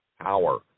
power